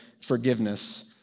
forgiveness